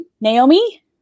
Naomi